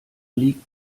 liegt